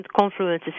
confluences